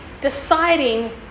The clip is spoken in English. deciding